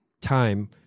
time